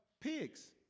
Pigs